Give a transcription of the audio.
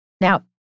Now